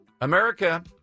America